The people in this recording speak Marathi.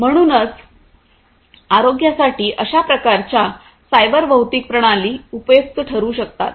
म्हणूनच आरोग्यासाठी अशा प्रकारच्या सायबर भौतिक प्रणाली उपयुक्त ठरू शकतात